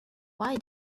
why